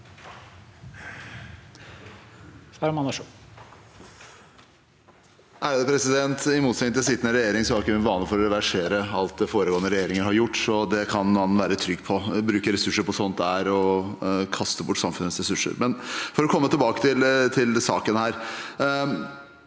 I motsetning til sittende regjering har ikke vi til vane å reversere alt det foregående regjeringer har gjort, så det kan statsråden være trygg på. Å bruke ressurser på sånt er å kaste bort samfunnets ressurser. For å komme tilbake til saken: